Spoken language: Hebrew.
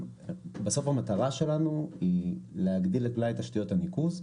המטרה שלנו היא להגדיל את מלאי תשתיות הניקוז,